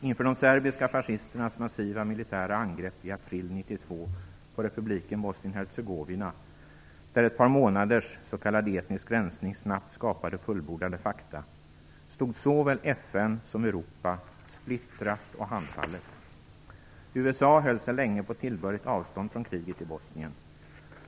Inför de serbiska fascisternas massiva militära angrepp i april 1992 på republiken Bosnien-Hercegovina, där ett par månaders s.k. etnisk rensning snabbt skapade fullbordade fakta, stod såväl FN som Europa splittrat och handfallet. USA höll sig länge på tillbörligt avstånd från kriget i Bosnien.